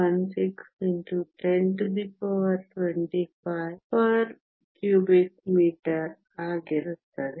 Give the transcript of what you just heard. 16 x 1025 m 3 ಆಗಿರುತ್ತದೆ